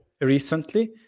recently